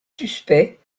suspects